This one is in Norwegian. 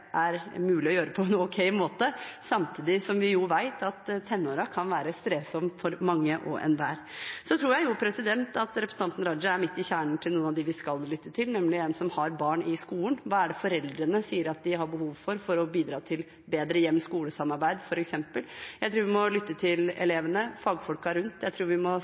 er mulig å gjøre på en ok måte, samtidig som vi jo vet at tenårene kan være strevsomt for mange og enhver. Jeg tror at representanten Raja er midt i kjernen med tanke på noen av dem vi skal lytte til, nemlig de som har barn i skolen. Hva er det foreldrene sier at de har behov for, for å bidra til bedre hjem–skole-samarbeid f.eks.? Jeg tror vi må lytte til elevene og fagfolkene rundt. Jeg tror vi må